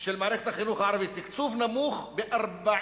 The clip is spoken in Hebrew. של מערכת החינוך הערבית הוא תקצוב נמוך ב-40%,